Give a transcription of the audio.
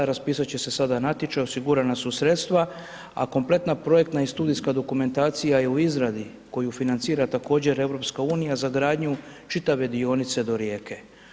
Raspisat će se sada natječaj, osigurana su sredstva, a kompletna projektna i studijska dokumentacija je u izradi koju financira također, EU za gradnju čitave dionice do Rijeke.